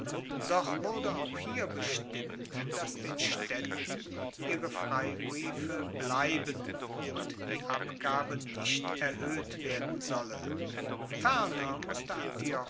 doch wurde auch hier bestimmt dass den staedten ihre freibriefe bleiben und die abgabe nicht erhoeht werden solle ferner musste